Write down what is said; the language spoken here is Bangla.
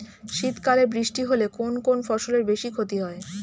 শীত কালে বৃষ্টি হলে কোন কোন ফসলের বেশি ক্ষতি হয়?